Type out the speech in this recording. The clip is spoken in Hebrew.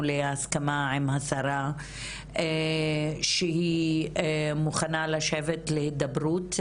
להסכמה עם השרה שהיא מוכנה לשבת להידברות,